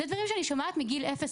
אלו דברים שאני שמועת מגיל אפס,